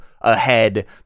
ahead